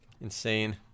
Insane